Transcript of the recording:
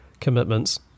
commitments